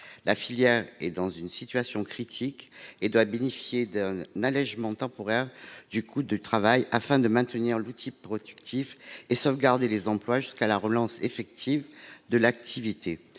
filière est dans une situation critique ; elle doit donc bénéficier d'un allégement temporaire du coût du travail afin de maintenir l'outil productif et de sauvegarder les emplois jusqu'à la relance effective de l'activité.